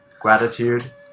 gratitude